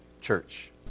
church